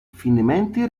finemente